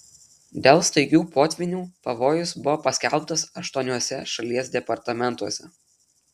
dėl staigių potvynių pavojus buvo paskelbtas aštuoniuose šalies departamentuose